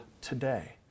today